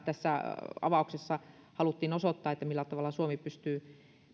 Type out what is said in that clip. tässä sitran avauksessa haluttiin osoittaa millä tavalla suomi pystyy